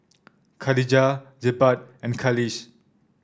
Khadija Jebat and Khalish